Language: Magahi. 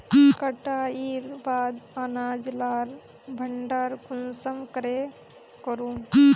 कटाईर बाद अनाज लार भण्डार कुंसम करे करूम?